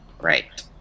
Right